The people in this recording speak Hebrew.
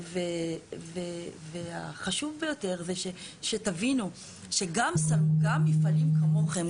חשוב ביותר זה שתבינו שגם מפעלים כמוכם,